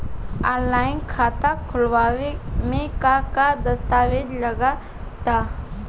Online खाता खूलावे म का का दस्तावेज लगा ता?